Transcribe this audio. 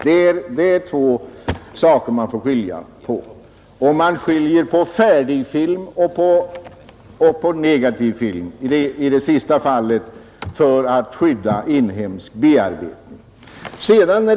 Vidare måste man skilja på färdig film och negativ film — detta för att skydda inhemsk bearbetning.